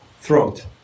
throat